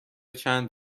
چند